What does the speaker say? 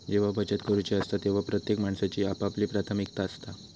जेव्हा बचत करूची असता तेव्हा प्रत्येक माणसाची आपापली प्राथमिकता असता